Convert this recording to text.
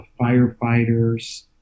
firefighters